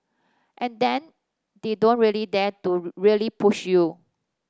and then they don't really dare to really push you